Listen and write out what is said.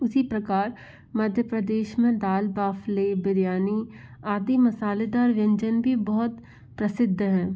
उसी प्रकार मध्य प्रदेश में दाल बाफ़ले बिरयानी आदि मसालेदार व्यंजन भी बहुत प्रसिद्ध हैं